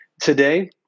today